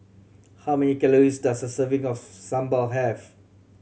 how many calories does a serving of sambal have